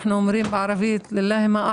אנחנו אומרים בערבית (אומרת דברים בשפה